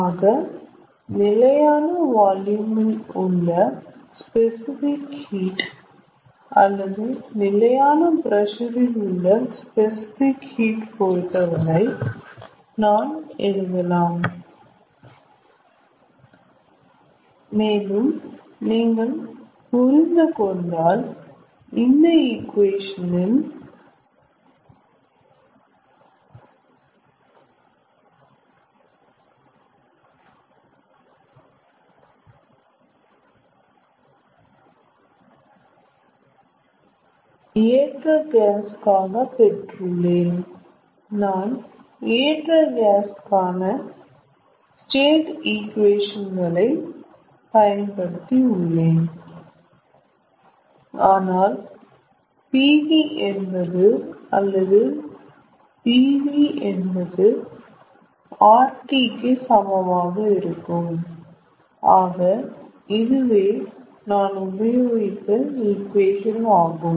ஆக நிலையான வால்யூம் இல் உள்ள ஸ்பெசிபிக் ஹீட் அல்லது நிலையான பிரஷர் இல் உள்ள ஸ்பெசிபிக் ஹீட் பொறுத்தவரை நான் எழுதலாம் மேலும் நீங்கள் புரிந்துகொண்டால் நான் இந்த ஈகுவேஷன் ஐ ஏற்ற காஸ் காக பெற்றுள்ளேன் நான் ஏற்ற காஸ் கான ஸ்டேட் ஈகுவேஷன் களை பயன்படுத்தி உள்ளேன் ஆனால் pv என்பது அல்லது PV என்பது RT கு சமமாக இருக்கும் ஆக இதுவே நான் உபயோகித்த ஈகுவேஷன் ஆகும்